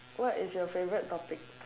what is your favourite topic